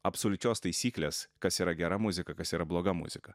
absoliučios taisyklės kas yra gera muzika kas yra bloga muzika